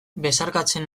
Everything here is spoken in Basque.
besarkatzen